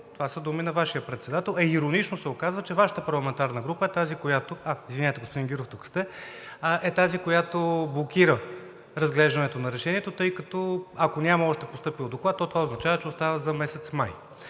Това са думи на Вашия председател, а иронично се оказва, че Вашата парламентарна група е тази, която... А, извинявайте, господин Гюров, тук сте, …е тази, която блокира разглеждането на решението, тъй като, ако няма още постъпил Доклад, то това означава, че остава за месец май.